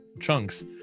chunks